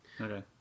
Okay